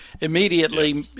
immediately